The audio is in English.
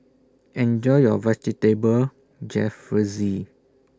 Enjoy your Vegetable Jalfrezi